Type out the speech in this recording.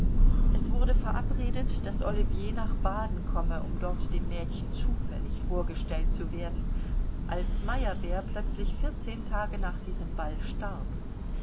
es wurde verabredet daß ollivier nach baden komme um dort dem mädchen zufällig vorgestellt zu werden als meyerbeer plötzlich vierzehn tage nach diesem ball starb